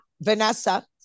vanessa